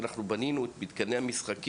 אנחנו בנינו את מתקני המשחקים,